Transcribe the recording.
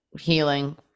healing